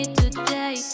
today